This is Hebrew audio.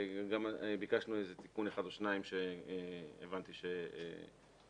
גם ביקשנו תיקון אחד או שניים שהבנתי שמקובלים